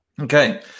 Okay